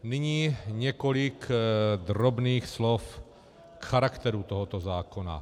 Nyní několik drobných slov k charakteru tohoto zákona.